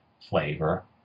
flavor